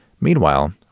Meanwhile